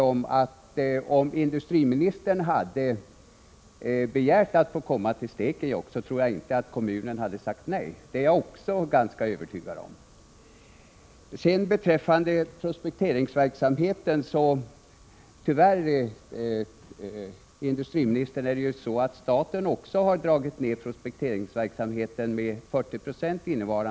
Om industriministern hade begärt att få komma till Stekenjokk, är jag ganska övertygad om att kommunen inte skulle ha sagt nej. Beträffande prospekteringsverksamheten är det tyvärr så, industriministern, att staten innevarande år har dragit ned verksamheten med 40 96.